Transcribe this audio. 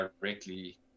directly